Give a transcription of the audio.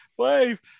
Wave